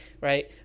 right